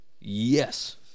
yes